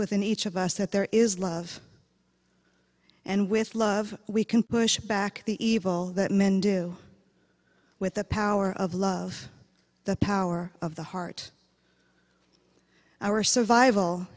within each of us that there is love and with love we can push back the evil that men do with the power of love the power of the heart our survival